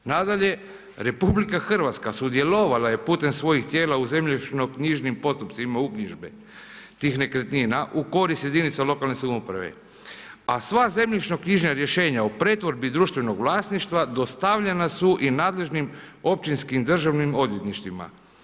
Nadalje, RH sudjelovala je putem svojim tijela u zemljišno-knjižnim postupcima uknjižbe tih nekretnina u korist jedinica lokalne samouprave a sva zemljišno-knjižna rješenja o pretvorbi društvenog vlasništva dostavljena su i nadležnim općinskim Državnim odvjetništvima.